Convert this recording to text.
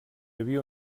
havia